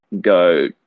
go